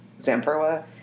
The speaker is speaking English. Zamperla